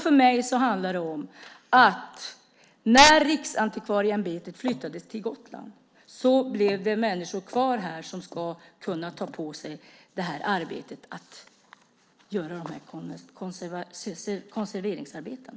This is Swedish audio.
För mig handlar det om att när Riksantikvarieämbetet flyttades till Gotland blev det människor kvar här som skulle kunna ta på sig att göra dessa konserveringsarbeten.